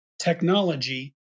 technology